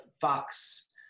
Fox